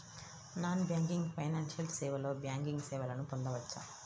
Non banking financial సేవలో banking సేవలను పొందవచ్చా?